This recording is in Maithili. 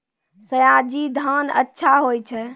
सयाजी धान अच्छा होय छै?